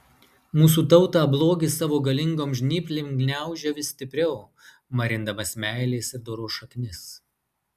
mūsų tautą blogis savo galingom žnyplėm gniaužia vis stipriau marindamas meilės ir doros šaknis